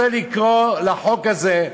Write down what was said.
אני רוצה לקרוא לחוק הזה: